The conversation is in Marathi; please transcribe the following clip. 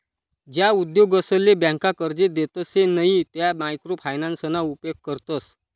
ज्या उद्योगसले ब्यांका कर्जे देतसे नयी त्या मायक्रो फायनान्सना उपेग करतस